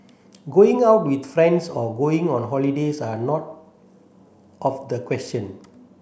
going out with friends or going on holidays are not of the question